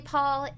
Paul